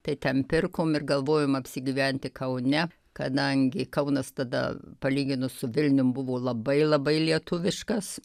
tai ten pirkom ir galvojom apsigyventi kaune kadangi kaunas tada palyginus su vilnium buvo labai labai lietuviškas